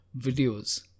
videos